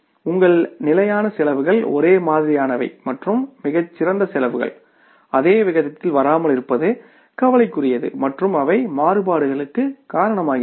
உங்கள் நிலையான செலவுகள் ஒரே மாதிரியானவை மற்றும் மிகச் சிறந்த செலவுகள் அதே விகிதத்தில் வராமல் இருப்பது கவலைக்குரியது மற்றும் அவை மாறுபாடுகளுக்கு காரணமாகின்றன